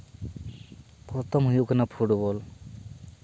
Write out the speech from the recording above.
ᱯᱨᱚᱛᱷᱚᱢ ᱦᱩᱭᱩᱜ ᱠᱟᱱᱟ ᱯᱷᱩᱴᱵᱚᱞ